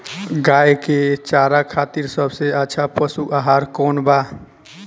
गाय के चारा खातिर सबसे अच्छा पशु आहार कौन बा?